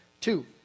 Two